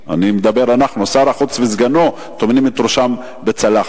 שר החוץ וסגנו טומנים את ראשם בחול.